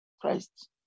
Christ